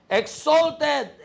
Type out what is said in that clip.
exalted